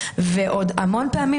בתיקי ענק,